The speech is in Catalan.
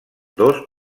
dos